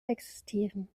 existieren